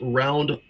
round